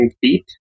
feet